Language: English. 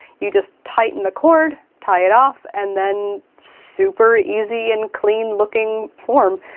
you just tighten the cord, tie it off, and then super easy and clean-looking form,